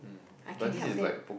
I can help them